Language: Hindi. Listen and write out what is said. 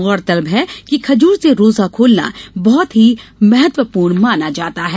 गौरतलब है कि खजूर से रोजा खोलना बहत ही महत्वपूर्ण माना जाता है